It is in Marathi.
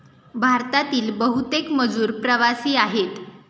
भारतातील बहुतेक मजूर प्रवासी आहेत